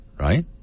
right